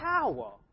power